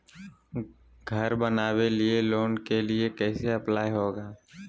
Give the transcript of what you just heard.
घर बनावे लिय लोन के लिए कैसे अप्लाई होगा?